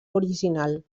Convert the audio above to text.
original